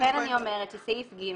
לכן אני אומרת שסעיף (ג)